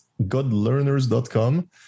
godlearners.com